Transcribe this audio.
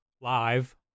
Live